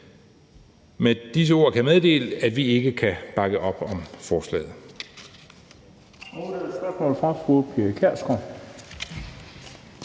Med disse ord kan jeg meddele, at vi ikke kan bakke op om forslaget.